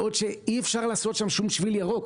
בעוד שאי אפשר לעשות שם שום שביל ירוק,